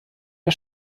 der